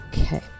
Okay